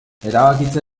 erabakitze